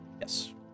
Yes